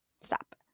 Stop